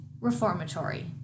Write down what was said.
reformatory